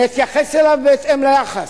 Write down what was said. אני אתייחס אליו בהתאם ליחס.